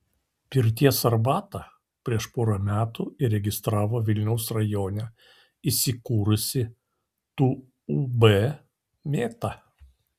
pirties arbatą prieš porą metų įregistravo vilniaus rajone įsikūrusi tūb mėta